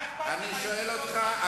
מה שטוב לנו, מה אכפת לך אם הם יסכימו או לא.